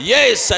Yes